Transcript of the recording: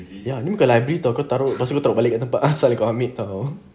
ya ni bukan library [tau] kau taruh lepas tu kau taruh balik kat tempat asal kau ambil [tau]